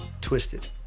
twisted